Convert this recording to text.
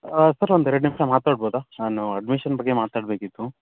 sir ಒಂದೆರಡು ನಿಮಿಷ ಮಾತಾಡ್ಬೋದಾ ನಾನು ಅಡ್ಮಿಷನ್ ಬಗ್ಗೆ ಮಾತಾಡಬೇಕಿತ್ತು